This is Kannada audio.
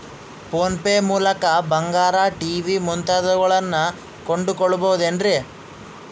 ಫೋನ್ ಪೇ ಮೂಲಕ ಬಂಗಾರ, ಟಿ.ವಿ ಮುಂತಾದವುಗಳನ್ನ ಕೊಂಡು ಕೊಳ್ಳಬಹುದೇನ್ರಿ?